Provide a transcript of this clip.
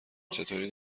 چطوری